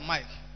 Mike